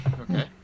Okay